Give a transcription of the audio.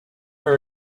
her